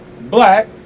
black